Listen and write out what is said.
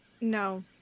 No